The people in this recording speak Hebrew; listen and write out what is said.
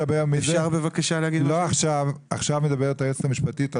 לא עכשיו, עכשיו מדברת היועצת המשפטית.